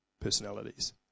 personalities